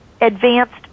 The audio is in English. advanced